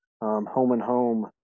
home-and-home